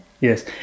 Yes